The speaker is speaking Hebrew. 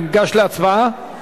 ניגש להצבעה?